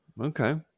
Okay